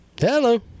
Hello